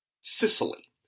Sicily